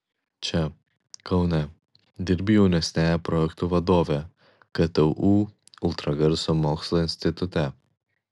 čia kaune dirbi jaunesniąja projektų vadove ktu ultragarso mokslo institute